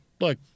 look